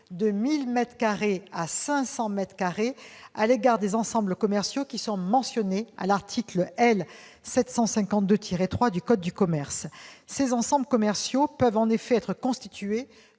à 500 mètres carrés à l'égard des ensembles commerciaux mentionnés à l'article L. 752-3 du code de commerce. Ces ensembles commerciaux peuvent en effet être constitués